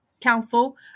Council